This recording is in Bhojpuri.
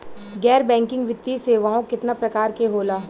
गैर बैंकिंग वित्तीय सेवाओं केतना प्रकार के होला?